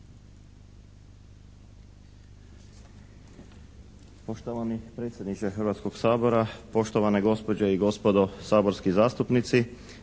Poštovani predsjedniče Hrvatskog sabora, poštovane gospođe i gospodo saborski zastupnici.